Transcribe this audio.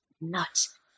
nuts